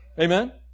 Amen